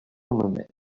moments